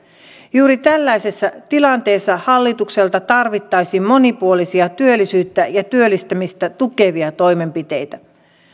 juuri tällaisessa tilanteessa hallitukselta tarvittaisiin monipuolisia työllisyyttä ja ja työllistämistä tukevia toimenpiteitä